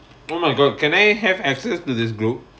oh my god can I have access to this group